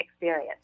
experience